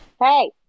Hey